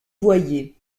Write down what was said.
boyer